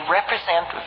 represent